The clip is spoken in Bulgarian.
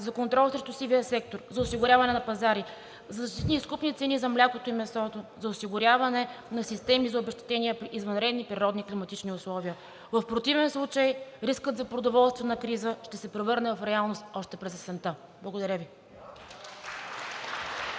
за контрол срещу сивия сектор, за осигуряване на пазари, за защитни и изкупни цени за млякото и месото, за осигуряване на системи за обезщетения при извънредни природни климатични условия. В противен случай рискът за продоволствена криза ще се превърне в реалност още през есента. Благодаря Ви.